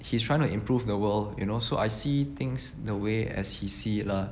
he is trying to improve the world you know so I see things the way as he see it lah